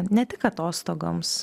ne tik atostogoms